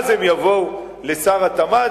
אז הם יבואו לשר התמ"ת.